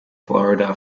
florida